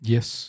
Yes